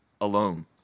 alone